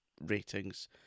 ratings